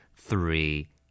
three